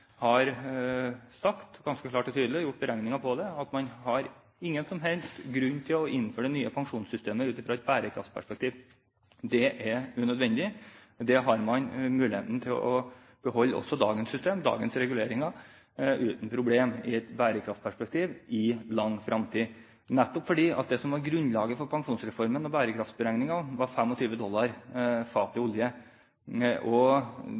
har sagt ganske klart og tydelig og gjort beregninger på at det er ingen som helst grunn til å innføre det nye pensjonssystemet ut fra et bærekraftperspektiv – det er unødvendig. Man har muligheten til å beholde dagens reguleringer, dagens system, uten problemer i et bærekraftperspektiv i lang tid fremover, nettopp fordi det som var grunnlaget for pensjonsreformen og bærekraftberegningen, var 25 dollar fatet olje. Vi vet at oljeprisen siden 1999 har blitt langt høyere, og